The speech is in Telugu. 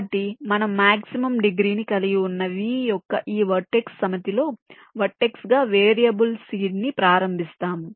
కాబట్టి మేము మాక్సిమం డిగ్రీ ని కలిగి ఉన్న V యొక్క ఈ వర్టెక్స్ సమితిలో వర్టెక్స్ గా వేరియబుల్ సీడ్ ని ప్రారంభిస్తాము